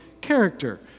character